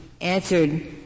answered